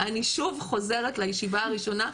אני שוב חוזרת לישיבה הראשונה,